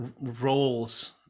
roles